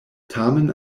tamen